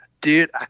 Dude